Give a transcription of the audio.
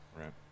Right